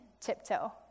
tiptoe